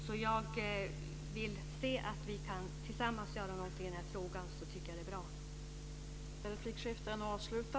Om vi tillsammans kan göra någonting i den här frågan tycker jag att det är bra.